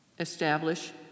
Establish